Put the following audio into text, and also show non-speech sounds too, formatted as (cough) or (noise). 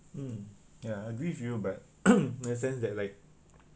mm ya I agree with you but (coughs) in a sense that like